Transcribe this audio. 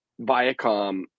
Viacom